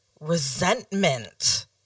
resentment